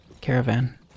caravan